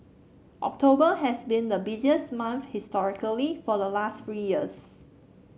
October has been the busiest month historically for the last three years